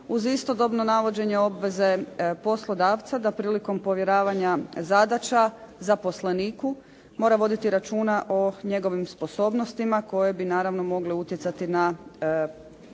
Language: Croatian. uz istodobno navođenje obveze poslodavca da prilikom povjeravanja zadaća zaposleniku mora voditi računa o njegovim sposobnostima koje bi naravno mogle utjecati na zaposlenikovu